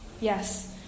Yes